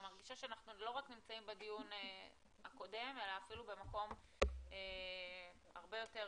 אני מרגישה שאנחנו לא רק תקועים בדיון הקודם אלא אפילו הרבה יותר